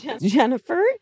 Jennifer